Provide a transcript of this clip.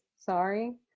sorry